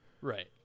Right